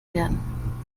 werden